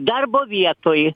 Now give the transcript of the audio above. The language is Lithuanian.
darbo vietoj